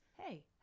Hey